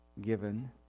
given